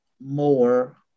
more